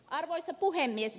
arvoisa puhemies